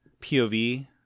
POV